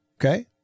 okay